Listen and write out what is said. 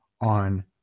on